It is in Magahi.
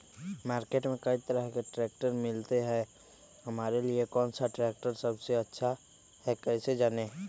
मार्केट में कई तरह के ट्रैक्टर मिलते हैं हमारे लिए कौन सा ट्रैक्टर सबसे अच्छा है कैसे जाने?